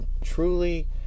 truly